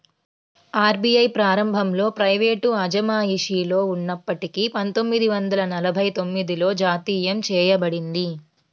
RBI ప్రారంభంలో private అజమాయిషిలో ఉన్నప్పటికీ పందొమ్మిది వందల నలభై తొమ్మిదిలో జాతీయం చేయబడింది